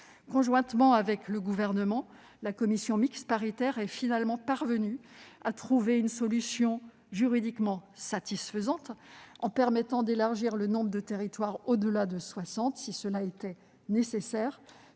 Conjointement avec le Gouvernement, la commission mixte paritaire est finalement parvenue à trouver une solution juridiquement satisfaisante, en permettant d'élargir le nombre de territoires au-delà de soixante si cela était nécessaire,